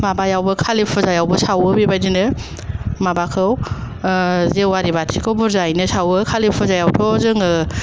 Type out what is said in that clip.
माबायावबो कालि फुजायावबो सावो बे बायदिनो माबाखौ जेवारि बाथिखौ बुरजायैनो सावो कालि फुजायावथ' जोङो